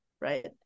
right